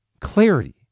Clarity